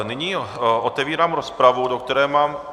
Nyní otevírám rozpravu, do které mám...